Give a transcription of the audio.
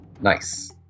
Nice